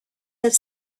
have